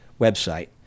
website